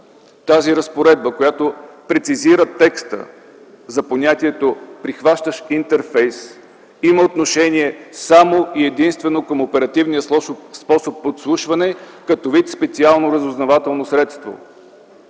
Тази разпоредба, която прецизира текста за понятието „прихващащ интерфейс”, има отношение само и единствено към оперативния способ подслушване като вид специално разузнавателно средство.